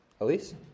Elise